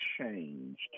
changed